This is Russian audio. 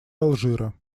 алжира